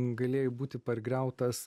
galėjai būti pargriautas